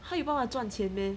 他有办法赚钱 meh